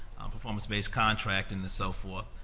performance-based contracts, and so forth,